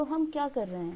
तो हम क्या कर रहे हैं